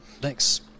thanks